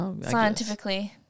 scientifically